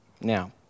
Now